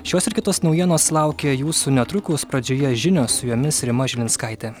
šios ir kitos naujienos laukia jūsų netrukus pradžioje žinios su jumis rima žilinskaitė